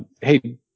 hey